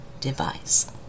device